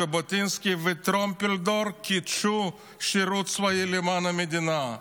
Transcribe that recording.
ז'בוטינסקי וטרומפלדור קידשו שירות צבאי למען המדינה.